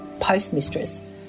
postmistress